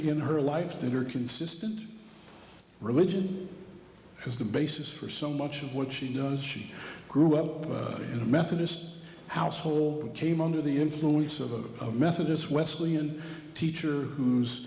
her life that are consistent religion is the basis for some watching what she does she grew up in a methodist household came under the influence of a methodist wesley and teacher whose